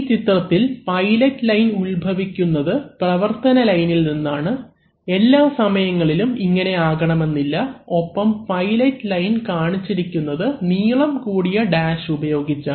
ഈ ചിത്രത്തിൽ pilot line ഉൽഭവിക്കുന്നത് പ്രവർത്തന ലൈനിൽ നിന്നാണ് എല്ലാ സമയങ്ങളിലും ഇങ്ങനെ ആകണമെന്നില്ല ഒപ്പം പൈലറ്റ് ലൈൻ കാണിച്ചിരിക്കുന്നത് നീളം കൂടിയ ഡാഷ് ഉപയോഗിച്ചാണ്